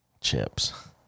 Chips